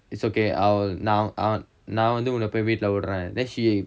it's okay I'll நா நா வந்து இவங்கள போய் வீட்ல விடுறன்:na na vanthu ivangala poai veetla viduran then she